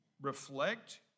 reflect